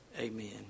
amen